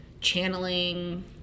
channeling